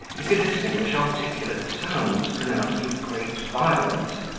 he could distinguish articulate sounds pronounced with great violence,